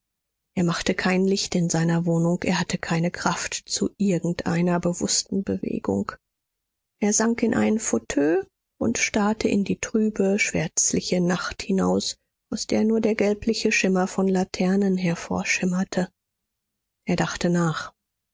er machte kein licht in seiner wohnung er hatte keine kraft zu irgendeiner bewußten bewegung er sank in einen fauteuil und starrte in die trübe schwärzliche nacht hinaus aus der nur der gelbliche schimmer von laternen hervorschimmerte er dachte nach